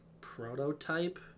prototype